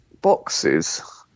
boxes